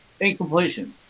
incompletions